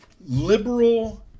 liberal